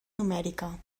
numèrica